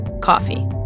coffee